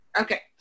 Okay